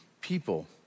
people